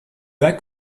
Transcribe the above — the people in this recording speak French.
bas